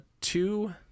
two